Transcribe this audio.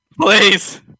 Please